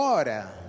Now